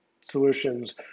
solutions